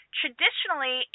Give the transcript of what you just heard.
traditionally